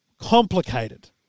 complicated